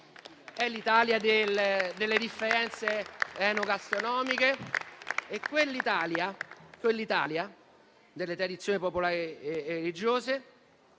borghi e delle differenze enogastronomiche. Quell'Italia delle tradizioni popolari e religiose,